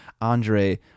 Andre